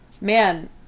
man